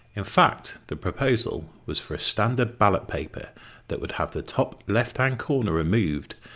in fact, the proposal was for a standard ballot paper that would have the top left-hand corner removed,